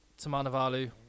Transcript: Tamanavalu